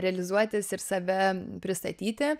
realizuotis ir save pristatyti